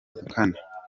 kane